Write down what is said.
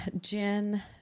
jen